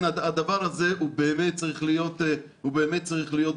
הדבר הזה באמת צריך להיות בנפשנו,